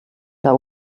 der